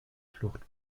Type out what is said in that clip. flucht